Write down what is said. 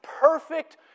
perfect